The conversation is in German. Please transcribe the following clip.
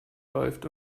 läuft